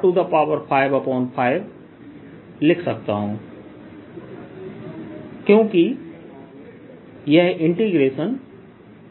Q4π0R3144R55 लिख सकता हूं क्योंकि यह इंटीग्रेशन 0 से R तक है